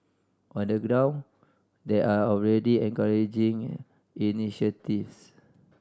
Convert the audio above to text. on the ground there are already encouraging initiatives